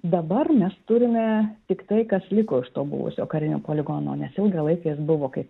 dabar mes turime tik tai kas liko iš to buvusio karinio poligono nes ilgą laiką jis buvo kai